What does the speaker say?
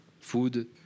food